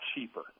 cheaper